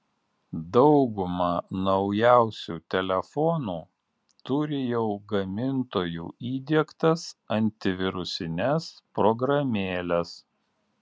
dauguma naujausių telefonų turi jau gamintojų įdiegtas antivirusines programėles